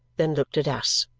then looked at us.